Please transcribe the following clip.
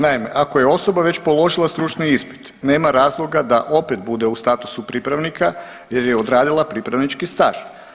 Naime, ako je osoba već položila stručni ispit nema razloga da opet bude u statusu pripravnika jer je odradila pripravnički staž.